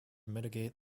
mitigate